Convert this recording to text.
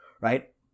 right